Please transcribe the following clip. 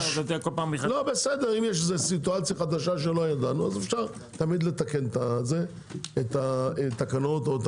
אם יש מצב חדש שלא ידענו אפשר תמיד לתקן את התקנות או את